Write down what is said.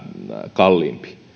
kalliimpi